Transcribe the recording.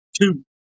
two